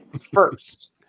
first